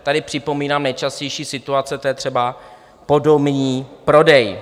Tady připomínám nejčastější situace, to je třeba podomní prodej.